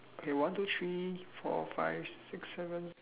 okay one two three four five six seven